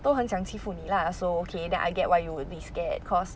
都很想欺负你 lah so okay then I get why you would be scared cause